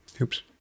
Oops